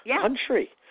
country